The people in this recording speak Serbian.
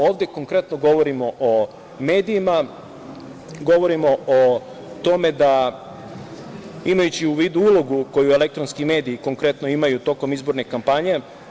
Ovde konkretno govorimo o medijima, govorimo o tome da imajući u vidu ulogu koji elektronski mediji konkretno imaju tokom izborne kampanje.